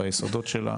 ביסודות שלה